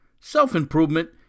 self-improvement